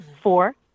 four